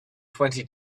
twenty